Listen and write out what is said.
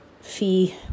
fee